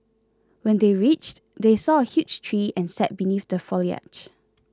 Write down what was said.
when they reached they saw a huge tree and sat beneath the foliage